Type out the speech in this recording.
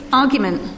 argument